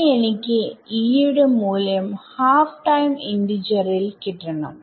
ഇനി എനിക്ക് E യുടെ മൂല്യം ഹാഫ് ടൈം ഇന്റിജറിൽ കിട്ടണം